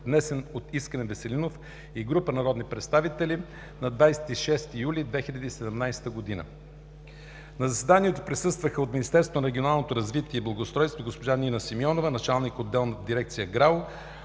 внесен от Мустафа Карадайъ и група народни представители на 6 юли 2017 г. На заседанието присъстваха – от Министерството на регионалното развитие и благоустройството: госпожа Нина Симеонова – началник-отдел в дирекция ГРАО;